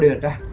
and